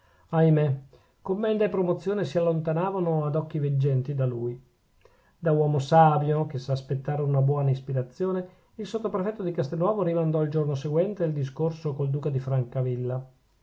ahimè commenda e promozione si allontanavano ad occhi veggenti da lui da uomo savio che sa aspettare una buona ispirazione il sottoprefetto di castelnuovo rimandò al giorno seguente il discorso col duca di francavilla